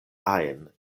ajn